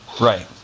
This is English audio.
Right